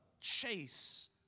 chase